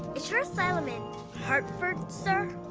your asylum in hartford, sir?